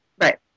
Right